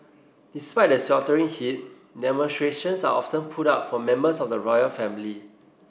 despite the sweltering heat demonstrations are often put up for members of the royal family